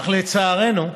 אך לצערנו,